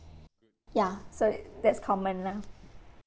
ya so it that's common lah